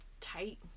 tight